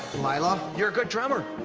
lyla. you're a good drummer.